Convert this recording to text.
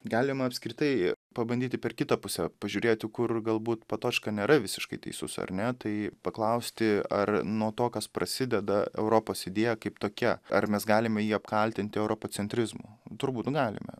galima apskritai pabandyti per kitą pusę pažiūrėti kur galbūt patočka nėra visiškai teisus ar ne tai paklausti ar nuo to kas prasideda europos idėja kaip tokia ar mes galime jį apkaltinti europocentrizmu turbūt galime